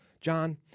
John